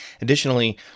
Additionally